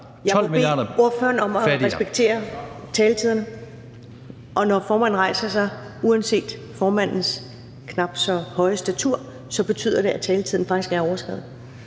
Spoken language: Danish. Jeg må bede ordføreren om at respektere taletiderne. Og når formanden rejser sig – uanset formandens knap så høje statur – så betyder det, at taletiden faktisk er overskredet.